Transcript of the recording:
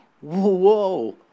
whoa